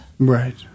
Right